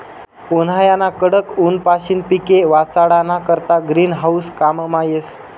उन्हायाना कडक ऊनपाशीन पिके वाचाडाना करता ग्रीन हाऊस काममा येस